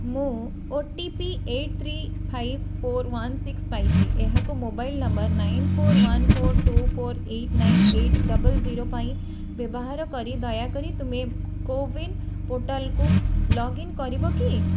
ମୁଁ OTP eight three five four one six ପାଇଛି ଏହାକୁ mobile number nine four one four two four eight nine eight double zero ପାଇଁ ବ୍ୟବହାର କରି ଦୟାକରି ତୁମେ କୋୱିନ୍ ପୋର୍ଟାଲ୍କୁ ଲଗ୍ଇନ୍ କରିବ କି